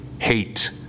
hate